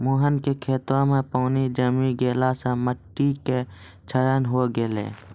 मोहन के खेतो मॅ पानी जमी गेला सॅ मिट्टी के क्षरण होय गेलै